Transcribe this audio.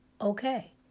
Okay